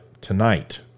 tonight